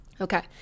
Okay